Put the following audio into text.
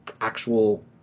actual